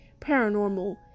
paranormal